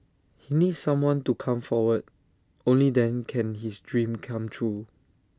he needs someone to come forward only then can his dream come true